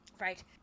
Right